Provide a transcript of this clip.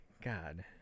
god